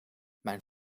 mijn